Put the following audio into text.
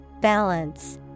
Balance